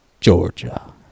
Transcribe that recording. Georgia